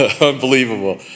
Unbelievable